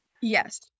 Yes